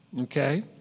Okay